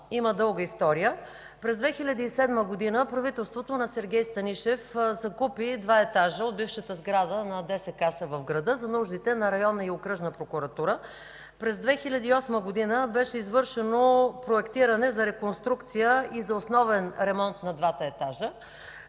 има дълга история. През 2007 г. правителството на Сергей Станишев закупи два етажа от бившата сграда на ДСКаса в града за нуждите на Районната и Окръжна прокуратура. През 2008 г. беше извършено проектиране за реконструкция и основен ремонт на двата етажа.